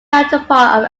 counterpart